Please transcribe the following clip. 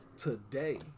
Today